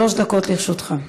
שלוש דקות לרשותך.